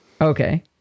Okay